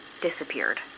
disappeared